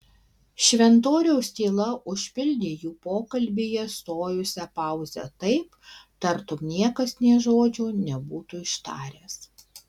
šventoriaus tyla užpildė jų pokalbyje stojusią pauzę taip tartum niekas nė žodžio nebūtų ištaręs